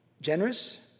generous